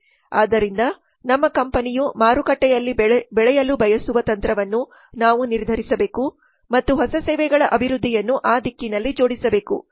ಆದ್ದರಿಂದ ನಮ್ಮ ಕಂಪನಿಯು ಮಾರುಕಟ್ಟೆಯಲ್ಲಿ ಬೆಳೆಯಲು ಬಯಸುವ ತಂತ್ರವನ್ನು ನಾವು ನಿರ್ಧರಿಸಬೇಕು ಮತ್ತು ಹೊಸ ಸೇವೆಗಳ ಅಭಿವೃದ್ಧಿಯನ್ನು ಆ ದಿಕ್ಕಿನಲ್ಲಿ ಜೋಡಿಸಬೇಕು